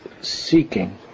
seeking